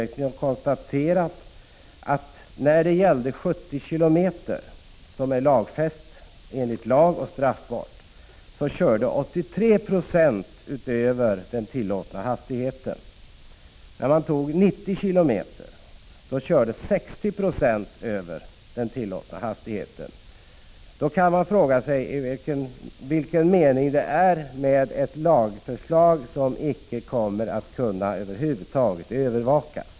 Man hade där konstaterat att 83 Jo överskred den stadgade hastighetsgränsen 70 km tim körde 60 96 över den tillåtna hastigheten. Då kan man fråga sig: Vilken mening är det med ett lagförslag som inte kommer att kunna övervakas?